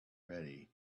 ready